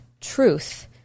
truth